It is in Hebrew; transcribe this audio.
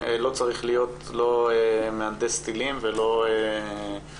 לא צריך להיות לא מהנדס טילים ולא פרופסור